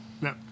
No